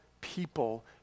people